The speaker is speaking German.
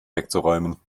wegzuräumen